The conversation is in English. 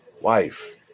wife